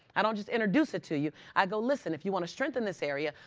i don't just introduce it to you. i go, listen. if you want to strengthen this area,